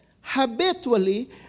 habitually